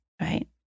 Right